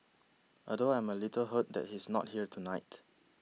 although I am a little hurt that he's not here tonight